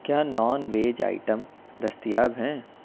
کیا non veg item دستیاب ہیں